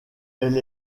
elle